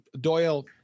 Doyle